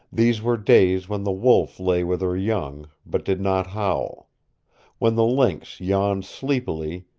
these were days when the wolf lay with her young, but did not howl when the lynx yawned sleepily,